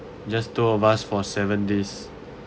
just two of us for seven days